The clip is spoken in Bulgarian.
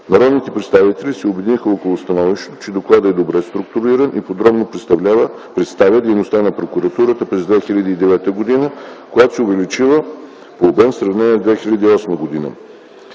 Народните представители се обединиха около становището, че докладът е добре структуриран и подробно представя дейността на прокуратурата през 2009 г., която се е увеличила по обем в сравнение с 2008 г.